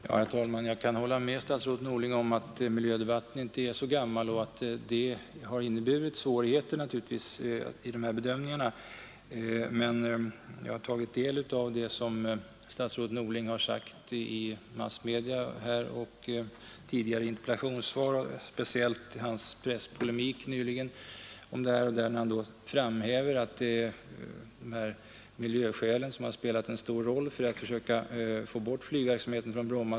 Herr talman! Jag kan hålla med statsrådet Norling om att miljödebatten .inte är så gammal och att det naturligtvis har inneburit svårigheter i de här bedömningarna. Men jag har tagit del av det som statsrådet Norling har sagt i tidigare interpellationssvar och i massmedia, speciellt i sin presspolemik nyligen. Där framhäver han att miljöskälen har spelat en stor roll i försöken att få bort flygverksamheten från Bromma.